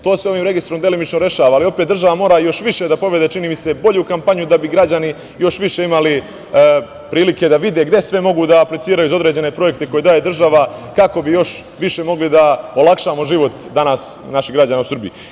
To se ovim registrom delimično rešava, ali opet država mora još više da povede, čini mi se, bolju kampanju da bi građani još više imali prilike da vide gde sve mogu da apliciraju za određene projekte koje daje država, kako bi još više mogli da olakšamo život danas naših građana u Srbiji.